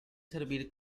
servir